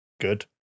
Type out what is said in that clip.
good